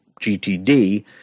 GTD